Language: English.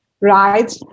right